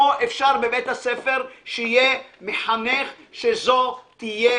פה אפשר בבית הספר שיהיה מחנך שזו תהיה